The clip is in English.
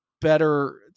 better